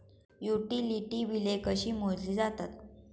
Utility बिले कशी मोजली जातात?